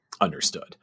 Understood